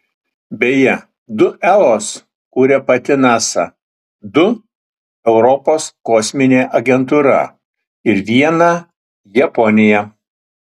beje du eos kuria pati nasa du europos kosminė agentūra ir vieną japonija